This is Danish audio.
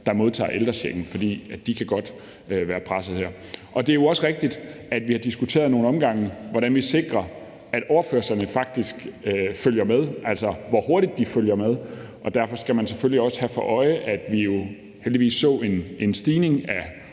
der modtager ældrechecken, for de kan godt være pressede her. Det er jo også rigtigt, at vi ad nogle omgange har diskuteret, hvordan vi sikrer, at overførslerne faktisk følger med, altså hvor hurtigt de følger med. Derfor skal man selvfølgelig også have for øje, at vi jo heldigvis så en stigning i